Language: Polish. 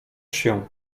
się